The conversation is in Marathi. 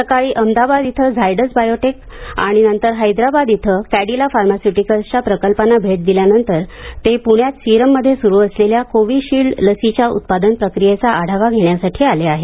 सकाळी अहमदाबाद इथं झायडस बायोटिक आणि नंतर हैदराबाद इथं कॅंडिला फॉर्म्यास्युटीकल्सच्या प्रकल्पांना भेट दिल्यानंतर ते पुण्यात सीरम मध्ये सुरू असलेल्या कोविशिल्ड लसीच्या उत्पादन प्रक्रियेचा आढावा घेण्यासाठी आले आहेत